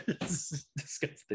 disgusting